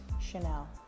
Chanel